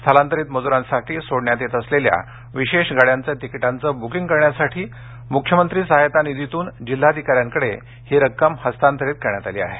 स्थलांतरित मजुरांसाठी सोडण्यात येत असलेल्या विशेष गाड्यांच्या तिकिटांचं बुकिंग करण्यासाठी मुख्यमंत्री सहाय्यता निधीतून जिल्हाधिकाऱ्यांकडे ही रक्कम हस्तांतरित करण्यात आली आहे